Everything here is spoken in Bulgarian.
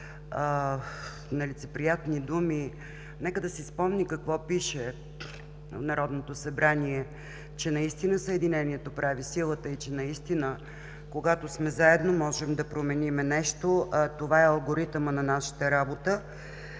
нелицеприятни думи, нека да си спомни какво пише на Народното събрание: „Съединението прави силата!”. Наистина, когато сме заедно, можем да променим нещо, а това е алгоритъмът на нашата работа.